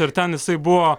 ir ten jisai buvo